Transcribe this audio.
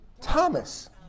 Thomas